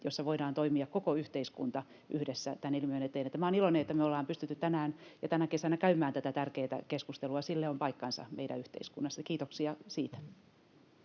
joissa voidaan toimia koko yhteiskunta yhdessä tämän ilmiön eteen. Minä olen iloinen, että me ollaan pystytty tänään ja tänä kesänä käymään tätä tärkeätä keskustelua. Sille on paikkansa meidän yhteiskunnassa. Kiitoksia siitä.